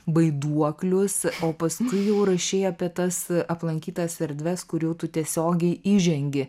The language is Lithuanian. vaiduoklius o paskui jau rašei apie tas aplankytas erdves kur jau tu tiesiogiai įžengi